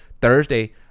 Thursday